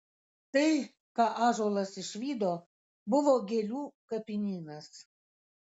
tai ką ąžuolas išvydo buvo gėlių kapinynas